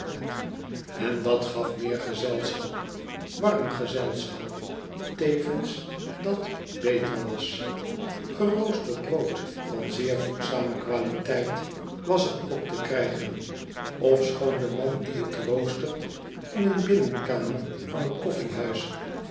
en dat gaf meer gezelschap warm gezelschap tevens dat beter was geroosterd brood van zeer voedzame qualiteit was er ook te krijgen ofschoon de man die t roostert in een binnenkamer van t